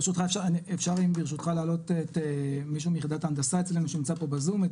אם אפשר ברשותך להעלות מישהו מיחידת ההנדסה אצלנו שנמצא פה בזום,